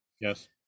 Yes